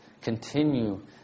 continue